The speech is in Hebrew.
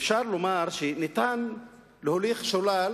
אפשר לומר שניתן להוליך שולל